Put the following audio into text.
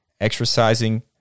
exercising